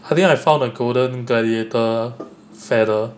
I think I found the golden gladiator feather